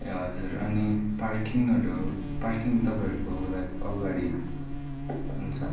ए हजुर अनि पार्किङहरू पार्किङ तपाईँहरूको होला अगाडि हुन्छ